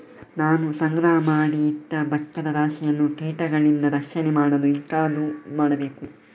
ನಾನು ಸಂಗ್ರಹ ಮಾಡಿ ಇಟ್ಟ ಭತ್ತದ ರಾಶಿಯನ್ನು ಕೀಟಗಳಿಂದ ರಕ್ಷಣೆ ಮಾಡಲು ಎಂತದು ಮಾಡಬೇಕು?